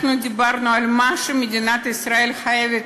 אנחנו דיברנו על מה שמדינת ישראל חייבת